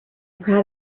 proud